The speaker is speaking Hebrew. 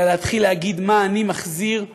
אלא להתחיל להגיד מה אני מחזיר,